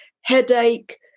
headache